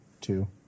two